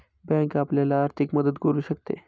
bank आपल्याला आर्थिक मदत करू शकते